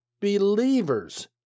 believers